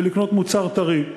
לקנות מוצר טרי.